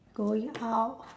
going out